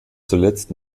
zuletzt